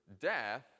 death